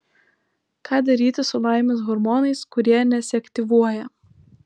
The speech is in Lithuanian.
ką daryti su laimės hormonais kurie nesiaktyvuoja